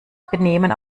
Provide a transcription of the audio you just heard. benehmen